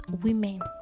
women